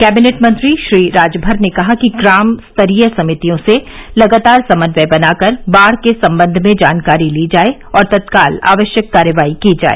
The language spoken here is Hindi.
कैबिनेट मंत्री श्री राजभर ने कहा कि ग्राम स्तरीय समितियों से लगातार समन्वय बनाकर बाढ़ के सम्बंध में जानकारी ली जाए और तत्काल आवश्यक कार्यवाही की जाए